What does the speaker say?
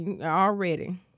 already